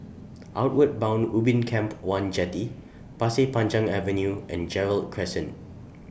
Outward Bound Ubin Camp one Jetty Pasir Panjang Avenue and Gerald Crescent